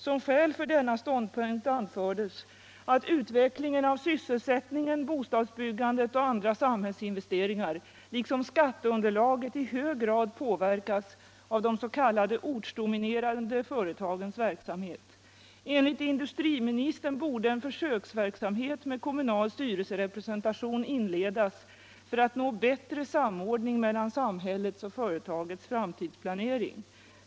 Som skäl för denna ståndpunkt anfördes att utvecklingen av sysselsättningen, bostadsbyggandet och andra samhällsinvesteringar liksom skatteunderlaget i hög grad påverkas av de s.k. ortsdominerande företagens verksamhet. Enligt industriministern borde en försöksverksamhet med kommunal styrelserepresentation inledas för att man skall nå bättre samordning mellan samhällets och företagets framtidsplanering.